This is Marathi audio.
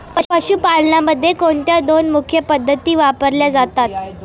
पशुपालनामध्ये कोणत्या दोन मुख्य पद्धती वापरल्या जातात?